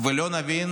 ולא נבין